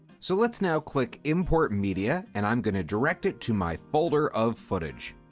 so let's now click import media and i'm going to direct it to my folder of footage.